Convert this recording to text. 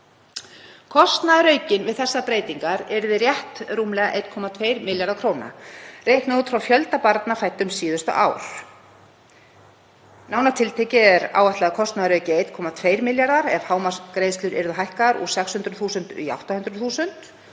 Kostnaðaraukinn við þessar breytingar yrði rétt rúmlega 1,2 milljarðar kr., reiknað út frá fjölda fæddra barna síðustu ár. Nánar tiltekið er áætlaður kostnaðarauki 1,2 milljarðar ef hámarksgreiðslur yrðu hækkaðar úr 600.000 í 800.000.